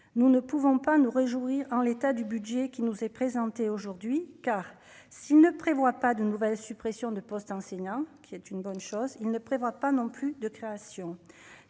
nous ne pouvons pas nous réjouir en l'état du budget qui nous est présenté aujourd'hui, car s'il ne prévoit pas de nouvelles suppressions de postes d'enseignants, qui est une bonne chose, il ne prévoit pas non plus de créations,